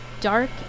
dark